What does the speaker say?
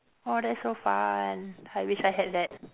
orh that's so fun I wish I had that